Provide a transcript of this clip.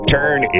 Turn